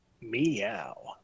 Meow